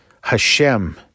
Hashem